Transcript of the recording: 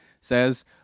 says